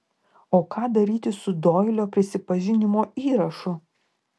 o ką daryti su doilio prisipažinimo įrašu